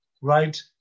right